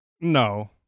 No